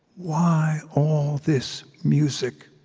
why all this music?